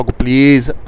please